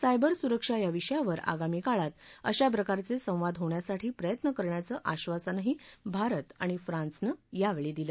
सायबरसुरक्षा याविषयावर आगामी काळात अशाप्रकारचे संवाद होण्यासाठी प्रयत्न करण्याचं आश्वासनही भारत आणि फ्रान्सनं यावेळी दिलं